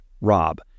Rob